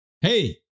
Hey